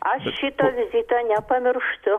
aš šito vizito nepamirštu